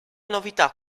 novità